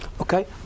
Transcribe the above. Okay